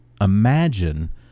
imagine